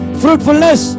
fruitfulness